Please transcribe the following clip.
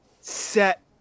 set